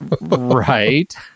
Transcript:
Right